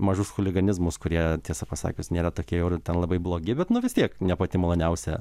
mažus chuliganizmas kurie tiesą pasakius nėra tokie jau ir ten labai blogi bet nu vistiek ne pati maloniausia